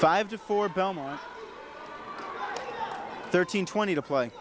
five to four belmont thirteen twenty to play